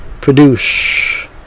produce